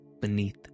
beneath